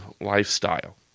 lifestyle